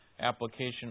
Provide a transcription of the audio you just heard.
application